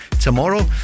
tomorrow